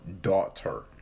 daughter